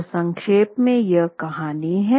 तो संक्षेप में यह कहानी है